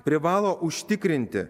privalo užtikrinti